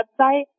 website